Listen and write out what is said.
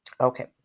Okay